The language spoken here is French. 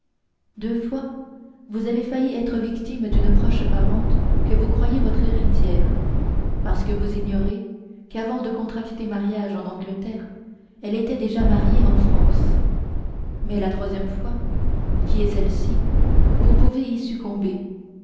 deux fois vous avez failli être victime d'une proche parente que vous croyez votre héritière parce que vous ignorez qu'avant de contracter mariage en angleterre elle était déjà mariée en france mais la troisième fois qui est celle-ci vous pouvez y succomber